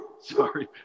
sorry